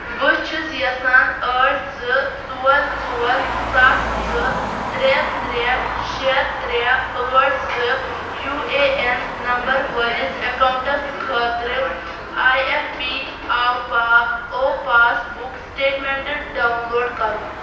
بہٕ چھُس یژھان ٲٹھ زٕ ژور ژور ستھ زٕ ترٛےٚ ترٛےٚ شےٚ ترٛےٚ ٲٹھ زٕ یوٗ اے اٮ۪ن نمبر وٲلِس اکاؤنٹس خٲطرٕ آی اٮ۪ف پی آو پا او passbook statement download کرُن